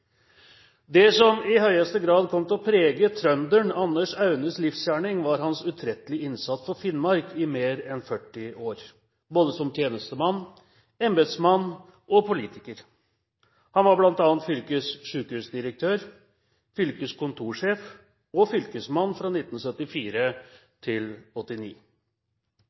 Det som i høyeste grad kom til å prege trønderen Anders Aunes livsgjerning, var hans utrettelige innsats for Finnmark i mer enn 40 år, både som tjenestemann, embetsmann og politiker. Han var bl.a. fylkets sykehusdirektør, fylkeskontorsjef og fylkesmann fra 1974 til